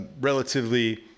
relatively